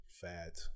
fat